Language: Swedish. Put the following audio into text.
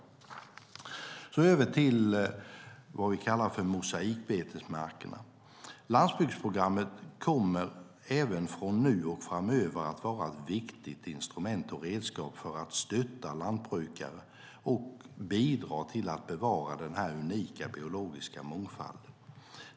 Jag ska nu gå över till vad vi kallar för mosaikbetesmarkerna. Landsbygdsprogrammet kommer även från nu och framöver att vara ett viktigt instrument och redskap för att stötta lantbrukare och bidra till att bevara den unika biologiska mångfalden.